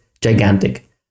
gigantic